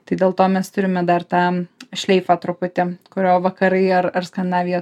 tai dėl to mes turime dar tą šleifą truputį kurio vakarai ar ar skandinavija